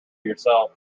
yourself